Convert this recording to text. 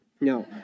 No